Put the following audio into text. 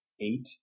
eight